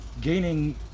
gaining